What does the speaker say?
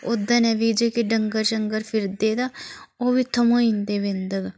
ओह्दै ने बी जोह्के डंगर छंगर फिरदे तां ओह् बी थमोई जंदे बिंदग